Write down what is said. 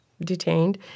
detained